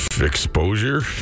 exposure